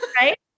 Right